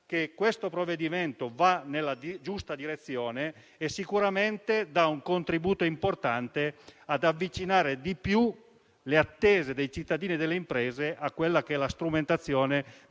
che il provvedimento in esame va nella giusta direzione e sicuramente dà un contributo importante avvicinando di più le attese dei cittadini e delle imprese a quella che è la strumentazione